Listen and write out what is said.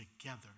together